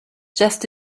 just